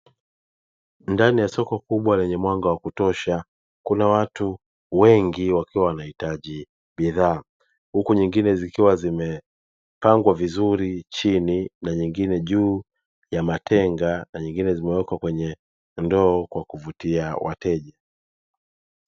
Ndani ya soko kubwa lenye mwanga wa kutosha kuna watu wengi wakiwa wanahitaji bidhaa huku nyingine zikiwa zimepangwa vizuri chini na nyingine juu ya matenga na nyingine zimewekwa kwenye ndoo, kwa kuvutia wateja.